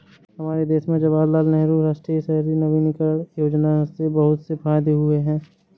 हमारे देश में जवाहरलाल नेहरू राष्ट्रीय शहरी नवीकरण योजना से बहुत से फायदे हुए हैं